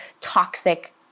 toxic